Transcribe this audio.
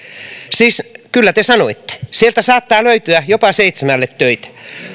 kyllä te sanoitte että sieltä saattaa löytyä jopa seitsemälle töitä